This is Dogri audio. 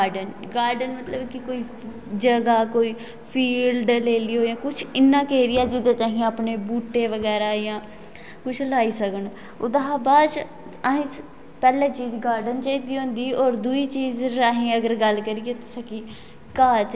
जियां स्वामी रामा होइया उ'नें आखेदा कि पुत्तर सवेरे उट्ठो योगा करो बाह्र जाओ ताजी हवा लैओ योगा करो योगा करने नें जोह्ड़े पीड़ां होंदियां बाहियें पीड़ां होंदियां दूर होई जानियां सवेरे उट्ठना पैह्लें कन्नै सूर्य नमस्कार करना